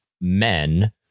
men